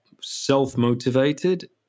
self-motivated